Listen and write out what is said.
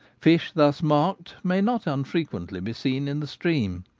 fish thus marked may not unfrequently be seen in the stream.